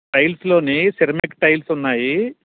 టైల్స్లోనే ceramic tiles ఉన్నాయి